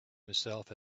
himself